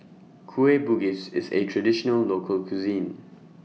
Kueh Bugis IS A Traditional Local Cuisine